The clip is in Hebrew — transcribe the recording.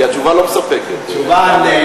כי התשובה לא מספקת.